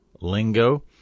lingo